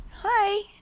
hi